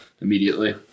immediately